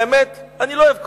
האמת, אני לא אוהב קולנוע,